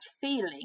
feeling